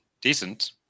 decent